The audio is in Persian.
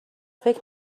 فکر